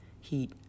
heat